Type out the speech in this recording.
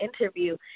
interview